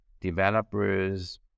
developers